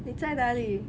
你在哪里